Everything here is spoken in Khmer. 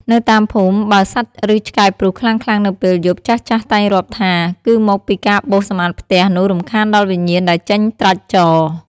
នៅតាមភូមិ បើសត្វឬឆ្កែព្រុសខ្លាំងៗនៅពេលយប់ ចាស់ៗតែងរាប់ថា គឺមកពីការបោសសម្អាតផ្ទះនោះរំខានដល់វិញ្ញាណដែលចេញត្រាច់ចរ។